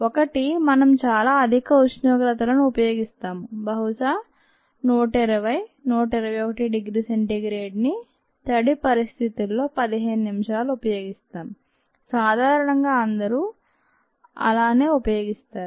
ఒకటి మనం చాలా అధిక ఉష్ణోగ్రతలను ఉపయోగిస్తాము బహుశా 120 121 డిగ్రీ C ని తడి పరిస్థితుల్లో 15 నిమిషాలు ఉపయోగిస్తాము సాధారణంగా అందరూ అలానఏ ఉపయోగిస్తారు